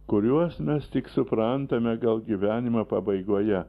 kuriuos mes tik suprantame gal gyvenimo pabaigoje